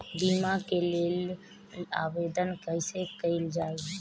बीमा के लेल आवेदन कैसे कयील जाइ?